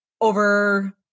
over